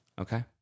Okay